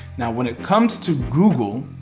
now when it comes to google,